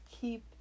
keep